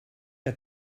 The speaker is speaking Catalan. que